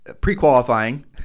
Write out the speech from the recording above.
pre-qualifying